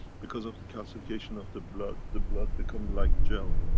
because of the calcification of the blood, the blood becoming like gel.